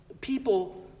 people